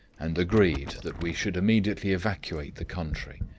and agreed that we should immediately evacuate the country,